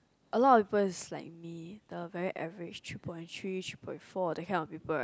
a lot of people is like me the very average three point three three point four that kind of people right